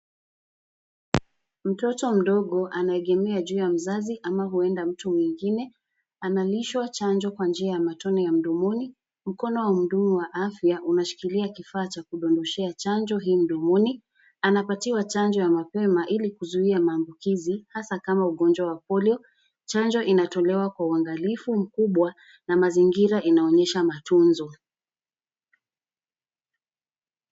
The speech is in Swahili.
Mtoto mdogo anaegemea juu ya mzazi ama huenda mtu mwingine analishwa chanjo kwa njia ya matone ya mdomoni. Mkono wa muhudumu wa afya unashikilia kifaa chakudodoshea chanjo hii mdomoni. Anapatiwa chanjo ya mapema ili kuzuia maambukizi hasa kama ugonjwa wa polio. Chanjo inatolewa kwa uangalifu mkubwa na mazingira inaonyesha matunzo.